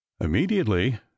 immediately